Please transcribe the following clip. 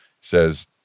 says